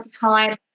time